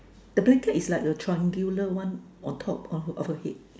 the blanket is like the triangular one on top of of her head